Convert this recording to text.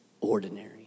ordinary